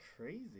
crazy